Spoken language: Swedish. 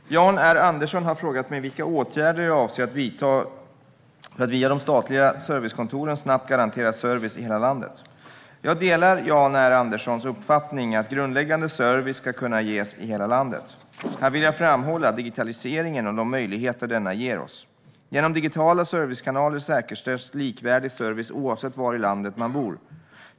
Herr talman! Jan R Andersson har frågat mig vilka åtgärder jag avser att vidta för att via de statliga servicekontoren snabbt garantera service i hela landet. Jag delar Jan R Anderssons uppfattning att grundläggande service ska kunna ges i hela landet. Här vill jag framhålla digitaliseringen och de möjligheter denna ger oss. Genom digitala servicekanaler säkerställs likvärdig service oavsett var i landet man bor.